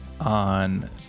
On